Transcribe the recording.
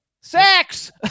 Sex